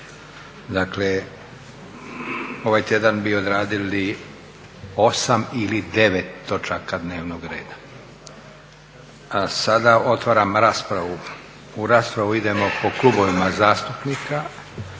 Dakle, ovaj tjedan bi odradili 8 ili 9 točaka dnevnog reda. Sada otvaram raspravu. U raspravu idemo po klubovima zastupnika